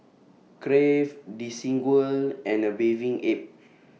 Crave Desigual and A Bathing Ape